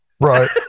Right